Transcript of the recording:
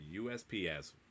USPS